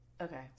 Okay